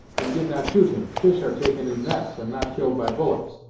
we did not shoot him fish are taken in nets, and not killed by bullets.